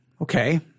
Okay